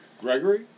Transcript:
Gregory